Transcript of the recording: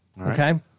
Okay